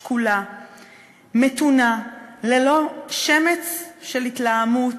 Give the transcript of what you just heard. שקולה, מתונה, ללא שמץ של התלהמות,